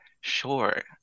sure